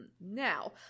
now